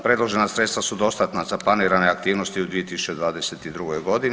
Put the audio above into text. Predložena sredstva su dostatna za planirane aktivnosti u 2022.g.